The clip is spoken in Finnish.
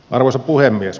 arvoisa puhemies